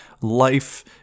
Life